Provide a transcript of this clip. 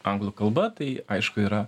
anglų kalba tai aišku yra